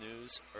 News